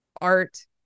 art